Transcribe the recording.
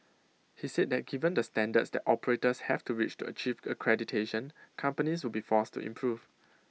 he said that given the standards that operators have to reach to achieve accreditation companies will be forced to improve